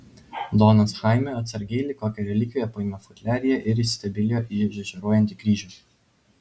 donas chaime atsargiai lyg kokią relikviją paėmė futliarą ir įsistebeilijo į žaižaruojantį kryžių